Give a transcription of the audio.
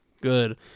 Good